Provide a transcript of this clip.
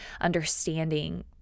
understanding